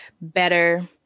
better